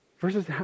Versus